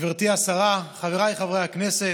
גברתי השרה, חבריי חברי הכנסת,